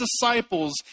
disciples